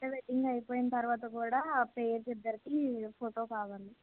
sir wedding అయిపోయిన తర్వాత కూడా పైర్స్ ఇద్దరికి ఫోటో కావాలి